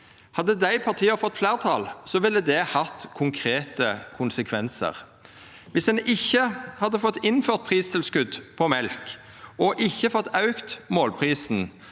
Hadde dei partia fått fleirtal, ville det hatt konkrete konsekvensar. Viss ein ikkje hadde fått innført pristilskot på mjølk og ikkje fått auka målprisen,